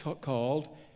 called